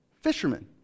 Fishermen